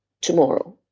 tomorrow